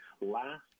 last